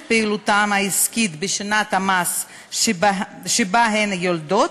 פעילותן העסקית בשנת המס שבה הן יולדות,